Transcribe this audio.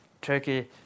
turkey